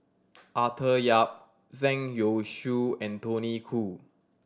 Arthur Yap Zhang Youshuo and Tony Khoo